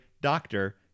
doctor